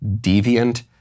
deviant